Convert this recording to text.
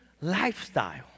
lifestyle